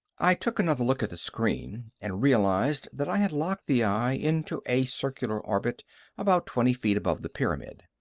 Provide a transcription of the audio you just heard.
i took another look at the screen and realized that i had locked the eye into a circular orbit about twenty feet above the pyramid.